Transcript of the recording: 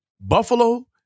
buffalo